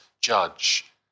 judge